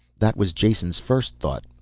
that was jason's first thought.